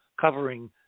covering